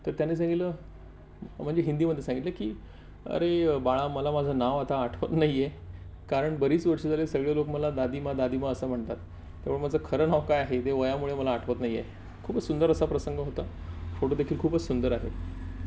तर त्याने सांगितलं म्हणजे हिंदीमध्ये सांगितलं की अरे बाळा मला माझं नाव आता आठवत नाही आहे कारण बरीच वर्ष झाले सगळे लोक मला दादीमा दादीमा असं म्हणतात त्यामुळे माझं खरं नाव काय आहे ते वयामुळे मला आठवत नाही आहे खूपच सुंदर असा प्रसंग होता फोटो देखील खूपच सुंदर आहे